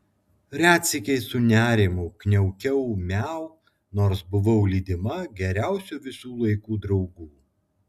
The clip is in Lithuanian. retsykiais su nerimu kniaukiau miau nors buvau lydima geriausių visų laikų draugų